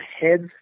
heads